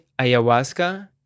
ayahuasca